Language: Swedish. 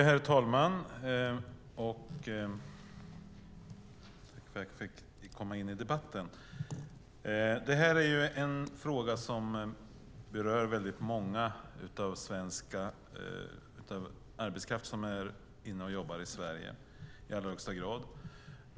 Herr talman! Det här är en fråga som berör väldigt många som är inne och jobbar i Sverige.